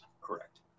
Correct